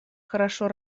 хорошо